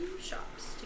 shops